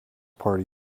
party